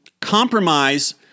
compromise